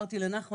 כשסיפרתי לנחמן,